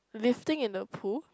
lifting in the pool